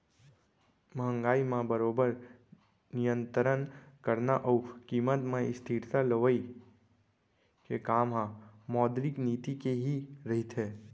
महंगाई म बरोबर नियंतरन करना अउ कीमत म स्थिरता लवई के काम ह मौद्रिक नीति के ही रहिथे